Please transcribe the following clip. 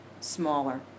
smaller